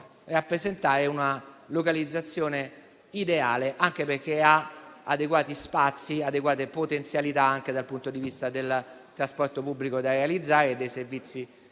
rappresentare una localizzazione ideale, anche perché ha adeguati spazi e adeguate potenzialità anche dal punto di vista del trasporto pubblico e dei servizi da